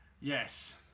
Yes